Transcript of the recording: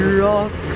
rock